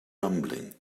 rumbling